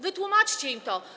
Wytłumaczcie im to.